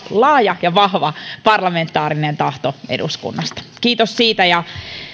laaja ja vahva parlamentaarinen tahto eduskunnasta kiitos siitä